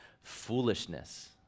foolishness